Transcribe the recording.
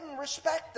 respect